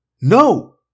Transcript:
no